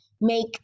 make